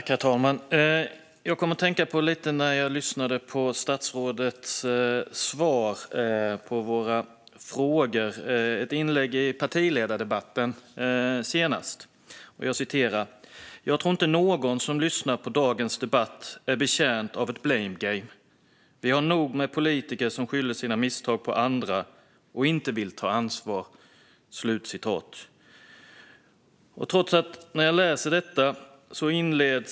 Herr talman! När jag lyssnade på statsrådets svar på våra frågor kom jag att tänka på ett inlägg i partiledardebatten senast: "Jag tror inte att någon som lyssnar på dagens debatt är speciellt betjänt av ett blame game. Vi har nog med politiker som skyller sina misstag på andra och inte själva vill ta ansvar."